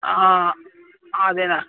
ಆಂ ಅದೇನೇ